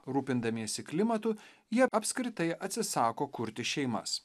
rūpindamiesi klimatu jie apskritai atsisako kurti šeimas